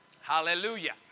Hallelujah